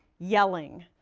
yelling,